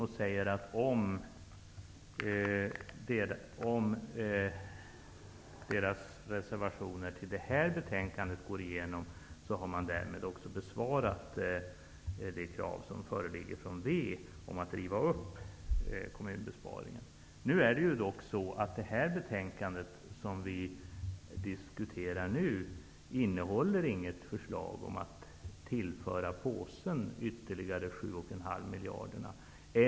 De säger att om deras reservationer i detta betänkande vinner riksdagens bifall så har man tillmötesgått Det är emellertid så att det betänkande som vi nu diskuterar inte innehåller något förslag om att tillföra påsen ytterligare 7,5 miljarder.